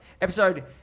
episode